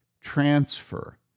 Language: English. transfer